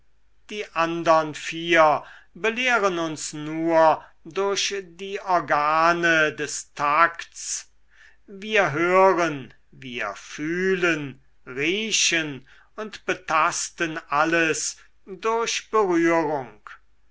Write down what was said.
die andern vier belehren uns nur durch die organe des takts wir hören wir fühlen riechen und betasten alles durch berührung